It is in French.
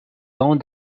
donne